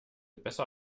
besser